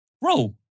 Bro